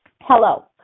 Hello